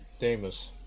Damus